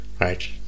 right